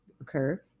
occur